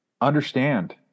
understand